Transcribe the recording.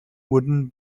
wooden